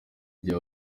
gihe